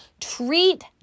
Treat